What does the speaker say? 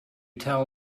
tell